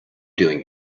doing